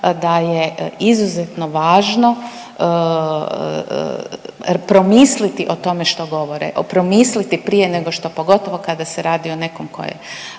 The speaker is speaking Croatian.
da je izuzetno važno promisliti o tome što govore, promisliti prije nego što pogotovo kada se radi o nekom tko je